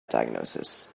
diagnosis